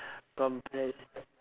compressed